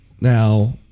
Now